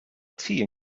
tea